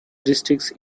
districts